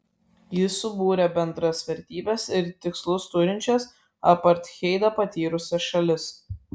ji subūrė bendras vertybes ir tikslus turinčias apartheidą patyrusias šalis